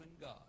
God